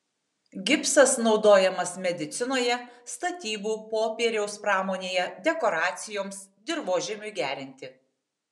gipsas naudojamas medicinoje statybų popieriaus pramonėje dekoracijoms dirvožemiui gerinti